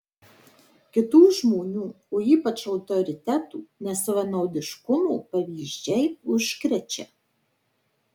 kitų žmonių o ypač autoritetų nesavanaudiškumo pavyzdžiai užkrečia